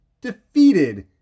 defeated